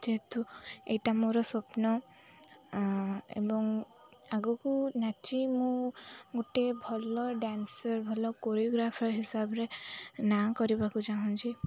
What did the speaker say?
ଯେହେତୁ ଏଇଟା ମୋର ସ୍ୱପ୍ନ ଏବଂ ଆଗକୁ ନାଚି ମୁଁ ଗୋଟେ ଭଲ ଡ୍ୟାନ୍ସର୍ ଭଲ କୋରିଓଗ୍ରାଫର୍ ହିସାବରେ ନାଁ କରିବାକୁ ଚାହୁଁଛି